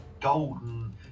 golden